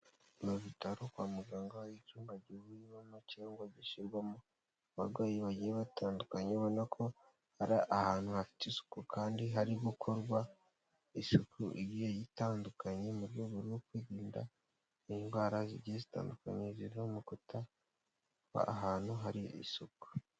Ni ibitaro kwa muganga hari icyumba gihuriramo cyangwa gishyirwamo abarwayi bagiye batandukanye, ubona ko ari ahantu hafite isuku kandi hari gukorwa isuku igiye gitandukanye, mu rwego rwo kwirinda indwara zigiye zitandukanye, ziva mu kutaba ahantu hari isuku.